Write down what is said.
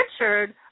Richard